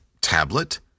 tablet